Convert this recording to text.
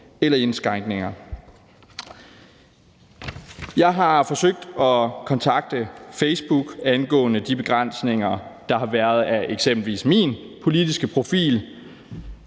eller indskrænkninger. Jeg har forsøgt at kontakte Facebook angående de begrænsninger, der har været af eksempelvis min politiske profil,